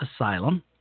Asylum